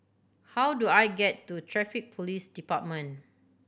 how do I get to Traffic Police Department